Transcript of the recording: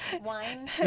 Wine